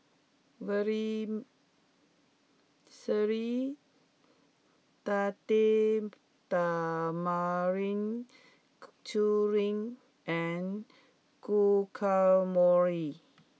Vermicelli Date Tamarind Chutney and Guacamole